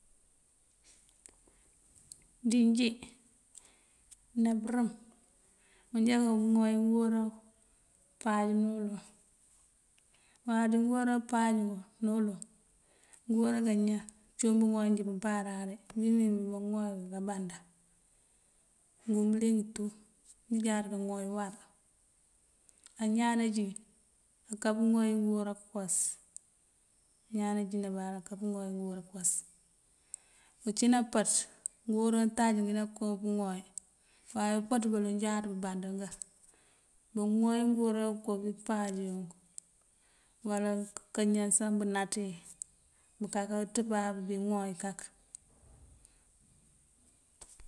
Dí injí ná bёrёm manjá kaŋooy ngёwoorá páaj ná uloŋ ma ţí ngёwoorá páaj guη ná uloŋ, ngёwoorá kañan cύun bёŋooy injí bё báaráari ngi mengi maŋooy ngul ka bandan ngul bёliing tu njí jáaţá kaŋooy uwar. A ñáan najín akapёŋooy ngёwoorá kёwas, ñáan najín nabáaráari aká pёŋooy ngёwoorá kёwas. Ucí napaţ ngёwoorá untáajá ngina koon pёŋooy waye upaţ baloŋ jáaţá bёbandan ngaŋ. Baŋooy ngёwoorá ko bí páaj unk wala kañan sá bёnátee nukaká ţёpáa nёbíi ŋooy kak.